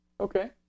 Okay